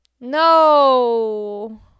No